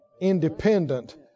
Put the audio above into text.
independent